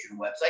website